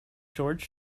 george